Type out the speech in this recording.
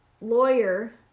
lawyer